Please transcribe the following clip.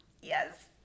yes